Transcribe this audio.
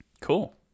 cool